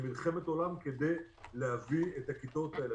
מלחמת עולם כדי להביא את הכיתות האלה.